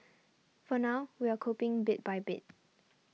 for now we're coping bit by bit